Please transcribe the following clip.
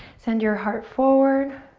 send your heart forward.